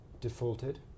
defaulted